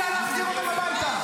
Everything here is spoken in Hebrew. עסקת חטופים?